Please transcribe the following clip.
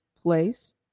place